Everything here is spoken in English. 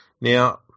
now